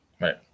right